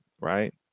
right